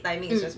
um